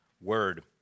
word